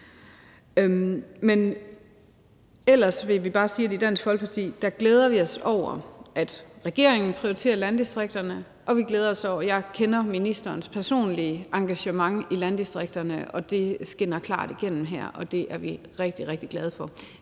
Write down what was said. Ellers vil vi bare sige, at i Dansk Folkeparti glæder vi os over, at regeringen prioriterer landdistrikterne, og vi glæder os over ministerens personlige engagement i landdistrikterne, som klart skinner igennem her, og det er vi rigtig, rigtig glade for.